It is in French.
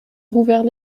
rouvert